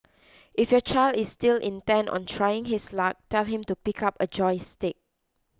if your child is still intent on trying his luck tell him to pick up a joystick